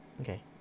Okay